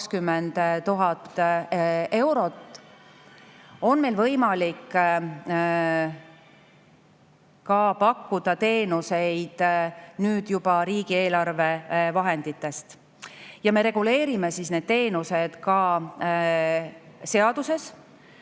120 000 eurot, on meil võimalik ka pakkuda teenuseid nüüd juba riigieelarve vahenditest. Me reguleerime need teenused ka seaduses,